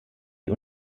die